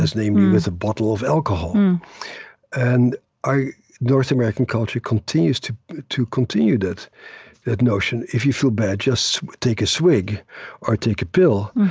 that's, namely, with a bottle of alcohol um and north american culture continues to to continue that that notion. if you feel bad, just take a swig or take a pill.